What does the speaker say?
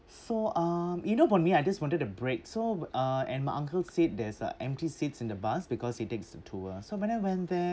so um you know about me I just wanted a break so uh and my uncle said there's a empty seats in the bus because he takes the tour so when I went there